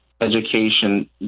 education